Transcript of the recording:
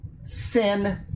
sin